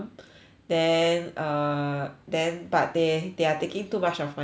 then err then but they they are taking too much of my time